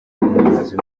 umuyobozi